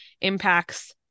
impacts